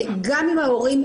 גם עם ההורים,